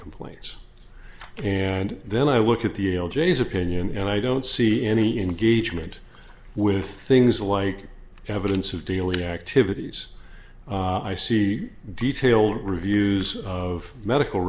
complaints and then i look at the jay's opinion and i don't see any engagement with things like evidence of dealey activities i see detailed reviews of medical